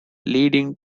leading